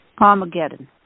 Armageddon